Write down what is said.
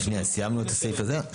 רגע, אבל שנייה, סיימנו את הסעיף הזה?